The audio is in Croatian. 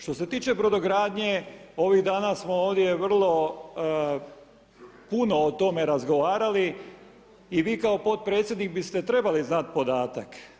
Što se tiče Brodogradnje, ovih dana smo ovdje vrlo puno o tome razgovarali i vi kao podpredsjednik biste trebali znati podatak.